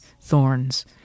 thorns